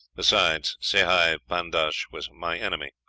besides, sehi pandash was my enemy.